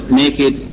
naked